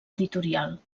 editorial